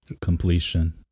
Completion